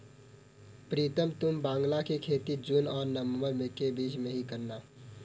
प्रीतम तुम बांग्ला की खेती जून और नवंबर के बीच में ही करना